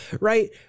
right